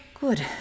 Good